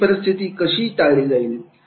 ही परिस्थिती कशी टाळता येईल